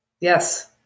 Yes